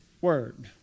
word